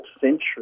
century